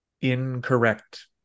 Incorrect